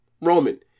Roman